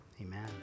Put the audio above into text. Amen